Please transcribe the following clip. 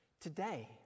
Today